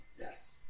Yes